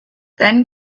then